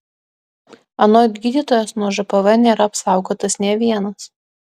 anot gydytojos nuo žpv nėra apsaugotas nė vienas